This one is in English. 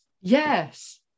yes